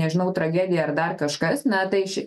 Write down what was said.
nežinau tragedija ar dar kažkas na tai ši